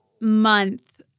month